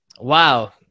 Wow